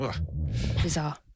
bizarre